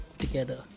together